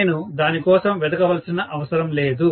నేను దాని కోసం వెతకవలసిన అవసరం లేదు